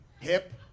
hip